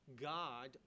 God